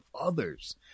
others